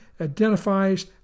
identifies